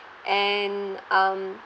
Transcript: and um